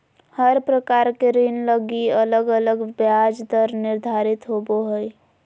हर प्रकार के ऋण लगी अलग अलग ब्याज दर निर्धारित होवो हय